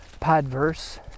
Podverse